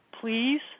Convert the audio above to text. Please